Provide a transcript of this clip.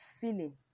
feeling